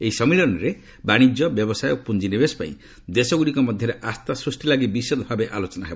ଏହି ସମ୍ମିଳନୀରେ ବାଣିଜ୍ୟ ବ୍ୟବସାୟ ଓ ପୁଞ୍ଜିନିବେଶ ପାଇଁ ଦେଶଗୁଡ଼ିକ ମଧ୍ୟରେ ଆସ୍ଥା ସୃଷ୍ଟି ଲାଗି ବିଷଦ ଭାବେ ଆଲୋଚନା ହେବ